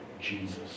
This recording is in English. Jesus